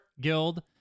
guild